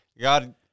God